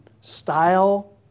style